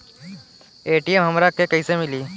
ATM हमरा के कइसे मिली?